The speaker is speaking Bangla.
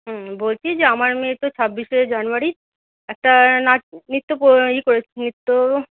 হুম বলছি যে আমার মেয়ে তো ছাব্বিশে জানুয়ারি একটা নাচ নৃত্য ইয়ে করেছে নৃত্য